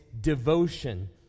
devotion